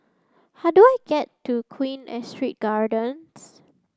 how do I get to Queen Astrid Gardens